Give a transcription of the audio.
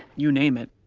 you name it,